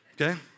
Okay